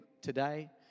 today